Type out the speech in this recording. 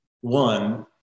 one